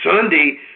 Sunday